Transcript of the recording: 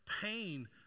Pain